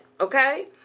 Okay